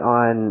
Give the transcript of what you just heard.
on